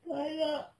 tak nak